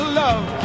love